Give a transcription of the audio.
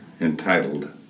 entitled